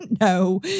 No